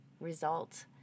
result